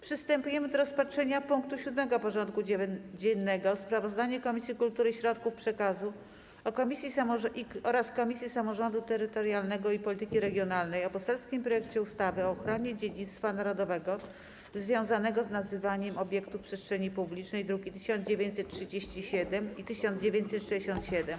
Przystępujemy do rozpatrzenia punktu 7. porządku dziennego: Sprawozdanie Komisji Kultury i Środków Przekazu oraz Komisji Samorządu Terytorialnego i Polityki Regionalnej o poselskim projekcie ustawy o ochronie dziedzictwa narodowego związanego z nazywaniem obiektów przestrzeni publicznej (druki nr 1937 i 1967)